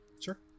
Sure